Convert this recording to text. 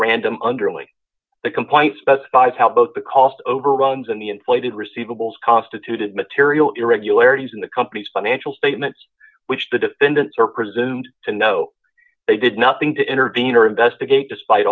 random underling the complaint specifies how both the cost overruns and the inflated receivables constituted material irregularities in the company's financial statements which the defendants are presumed to know they did nothing to intervene or in bed again despite